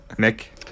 Nick